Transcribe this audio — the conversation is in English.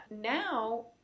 now